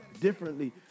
differently